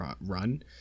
run